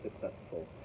successful